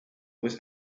was